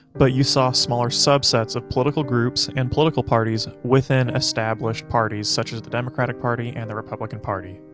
but you saw smaller subsets of political groups and political parties within established parties, such as the democratic party and the republican party.